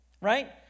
right